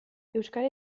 euskara